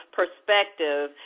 perspective